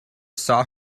saw